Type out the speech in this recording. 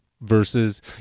versus